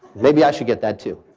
maybe i should get that too.